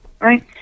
right